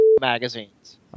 Magazines